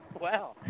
Wow